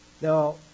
Now